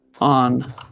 on